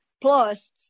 plus